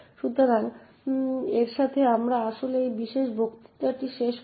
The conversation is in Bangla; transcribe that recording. সুতরাং এর সাথে আমরা আসলে এই বিশেষ বক্তৃতাটি শেষ করব